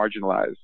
marginalized